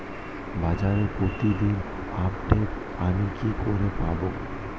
বাজারের প্রতিদিন আপডেট আমি কি করে পাবো?